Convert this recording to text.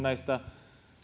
näistä